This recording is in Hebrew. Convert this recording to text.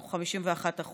אנחנו 51%